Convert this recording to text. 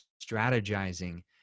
strategizing